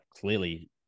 clearly